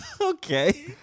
Okay